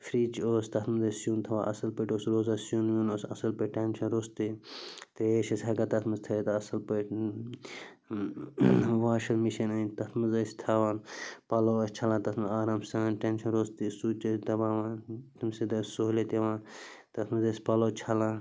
fridge اوس تتھ منٛز ٲسۍ سیُن تھاوان اَصٕل پٲٹھۍ اوس روزان سیُن ویُن اَصٕل پٲٹھۍ ٹٮ۪نشَن روٚستٕے ترٛیش ٲسۍ ہٮ۪کان تتھ منٛز تھٲیِتھ اَصٕل پٲٹھۍ واشِنٛگ مِشیٖن أنۍ تتھ منٛز ٲسۍ تھاوان پَلو ٲسۍ چھلان تتھ منٛز آرام سان ٹٮ۪نشَن روٚستٕے سُچ ٲسۍ دَباوان تَمۍ سۭتۍ ٲسۍ سہوٗلیَت یِوان تتھ منٛز ٲسۍ پَلو چھلان